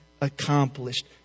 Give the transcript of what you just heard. accomplished